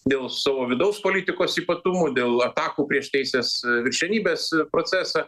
dėl savo vidaus politikos ypatumų dėl atakų prieš teisės viršenybės procesą